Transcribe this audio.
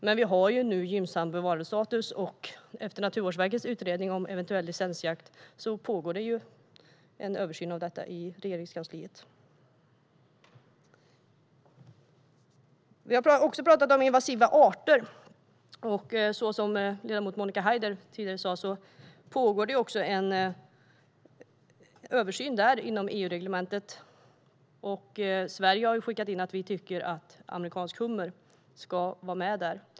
Men vi har nu gynnsam bevarandestatus, och efter Naturvårdsverkets utredning om eventuell licensjakt pågår det en översyn av detta i Regeringskansliet. Vi har även pratat om invasiva arter. Som ledamoten Monica Haider tidigare sa pågår det en översyn där inom EU-reglementet. Sverige har skickat in att vi tycker att amerikansk hummer ska vara med där.